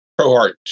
ProHeart